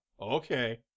Okay